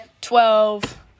Twelve